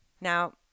Now